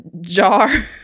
jar